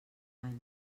any